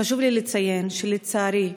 חשוב לי לציין שלצערי,